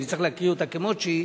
ואני צריך להקריא אותה כמות שהיא,